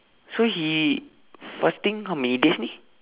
so he fasting how many days ini